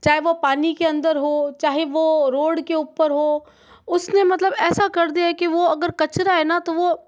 चाहे वो पानी के अंदर हो चाहे वो रोड के ऊपर हो उसने मतलब ऐसा कर दिया कि वो अगर कचरा है ना तो वो